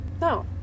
No